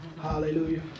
Hallelujah